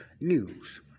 news